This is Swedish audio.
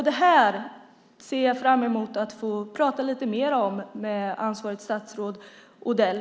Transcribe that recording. Det här ser jag fram emot att få prata lite mer om med ansvarigt statsråd Odell.